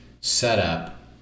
setup